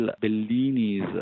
Bellini's